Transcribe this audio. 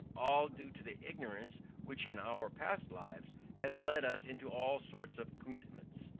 all due to the ignorance which in our past lives has led us into all sorts of commitments.